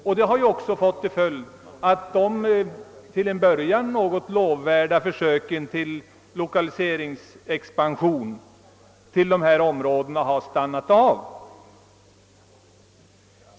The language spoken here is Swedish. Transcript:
Detta har också fått till följd att de till en början lovvärda försöken till 1lokaliseringsexpansion till dessa områden missgynnas. Expansionen har stannat av.